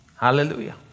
Hallelujah